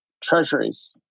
treasuries